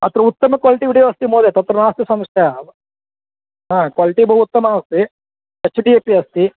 अत्र उत्तमं क्वालिटि विड अस्ति महोदय तत्र नास्ति समस्या हा क्वालिटि बहु उत्तमम् अस्ति हच् डि अपि अस्ति